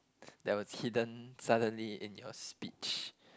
that was hidden suddenly in your speech